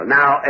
now